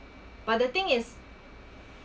but the thing is